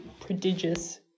prodigious